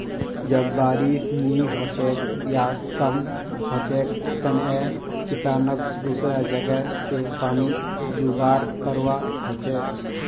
जब बारिश नी हछेक या कम हछेक तंए किसानक दुसरा जगह स पानीर जुगाड़ करवा हछेक